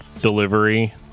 delivery